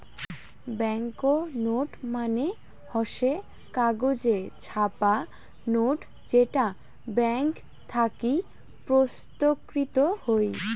bank note মানে হসে কাগজে ছাপা নোট যেটা ব্যাঙ্ক থাকি প্রস্তুতকৃত হই